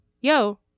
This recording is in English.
yo